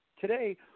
today